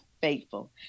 faithful